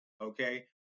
okay